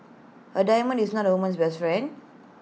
A diamond is not A woman's best friend